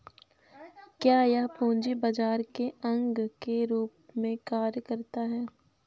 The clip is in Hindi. क्या यह पूंजी बाजार के अंग के रूप में कार्य करता है?